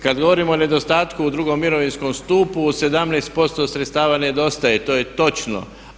Kad govorimo o nedostatku u drugom mirovinskom stupu 17% sredstava nedostaje, to je točno.